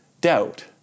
doubt